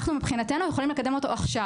אנחנו מבחינתנו יכולים לקדם אותו עכשיו.